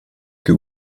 que